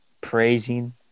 praising